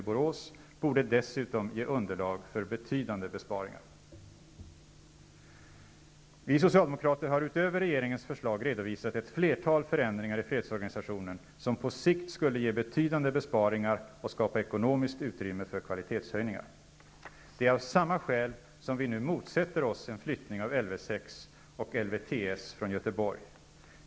Borås borde dessutom ge underlag för betydade besparingar. Vi socialdemokrater har utöver regeringens förslag redovisat ett flertal förändringar i fredsorganisationen, som på sikt skulle ge betydande besparingar och skapa ekonomiskt utrymme för kvalitetshöjningar. Det är av samma skäl vi nu motsätter oss en flyttning av Lv 6 och LvTS från Göteborg.